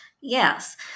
Yes